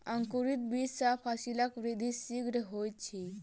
अंकुरित बीज सॅ फसीलक वृद्धि शीघ्र होइत अछि